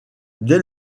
dès